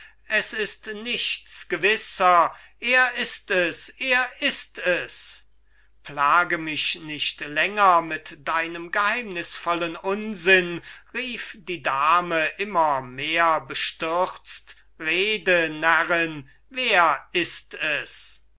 es ist nichts gewisser er ist es er ist es plage mich nicht länger mit deinem geheimnisvollen galimathias rief die dame immer mehr bestürzt rede närrin wer ist es